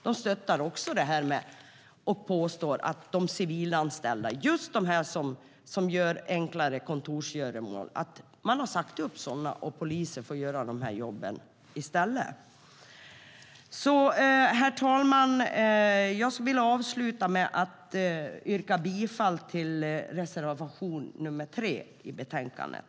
De stöttar också påståendet att man har sagt upp civilanställda, just de som gör enklare kontorsgöromål, och att poliser får göra de här jobben i stället. Herr talman! Jag vill avsluta med att yrka bifall till reservation nr 3 i betänkandet.